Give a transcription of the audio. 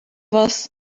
was